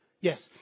Yes